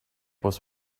was